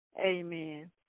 Amen